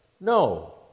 No